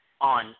on